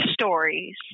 stories